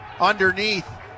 Underneath